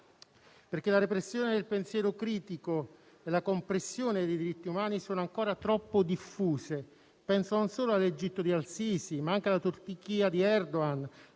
umani. La repressione del pensiero critico e la compressione dei diritti umani sono ancora troppo diffuse; penso non solo all'Egitto di al-Sisi, ma anche alla Turchia di Erdoğan,